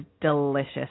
delicious